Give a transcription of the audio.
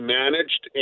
managed